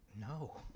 No